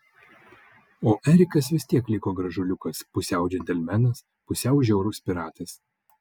o erikas vis tiek liko gražuoliukas pusiau džentelmenas pusiau žiaurus piratas